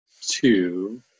two